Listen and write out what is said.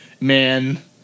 man